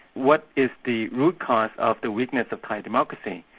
what is the root cause of the weakness of thai democracy.